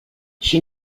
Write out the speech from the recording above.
she